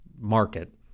market